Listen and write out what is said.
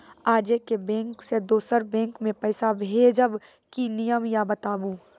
आजे के बैंक से दोसर बैंक मे पैसा भेज ब की नियम या बताबू?